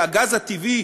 והגז הטבעי